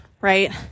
right